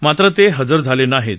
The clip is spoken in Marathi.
मात्र ते हजर झाले नाहीत